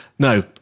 No